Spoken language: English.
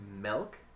milk